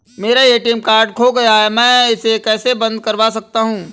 मेरा ATM card खो गया है मैं इसे कैसे बंद करवा सकता हूँ?